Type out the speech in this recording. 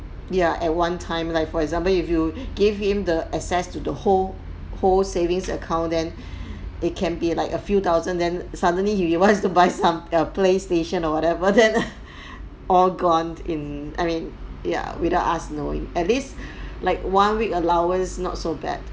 ya at one time like for example if you give him the access to the whole whole savings account then it can be like a few thousand then suddenly he wants to buy some err playstation or whatever then all gone in I mean yeah without us knowing at least like one week allowance not so bad